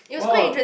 oh